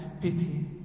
pity